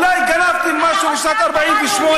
אולי גנבתם משהו בשנת 1948,